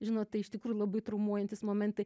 žinot tai iš tikrųjų labai traumuojantys momentai